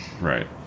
right